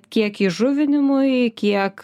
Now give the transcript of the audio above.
kiek įžuvinimui kiek